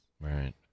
Right